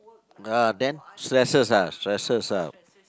ah then stresses ah stresses out